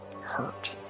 hurt